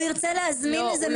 לא,